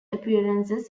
appearances